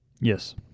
Yes